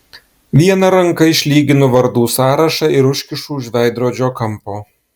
viena ranka išlyginu vardų sąrašą ir užkišu už veidrodžio kampo